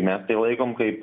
mes tai laikom kaip